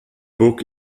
buc